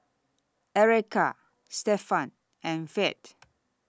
Erika Stefan and Ferd